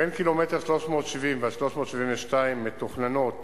בין קילומטר 370 ועד 372 מתוכננות